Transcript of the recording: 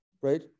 right